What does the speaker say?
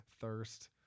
Thirst